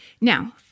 Now